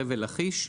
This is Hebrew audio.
חבל לכיש,